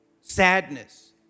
sadness